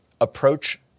approach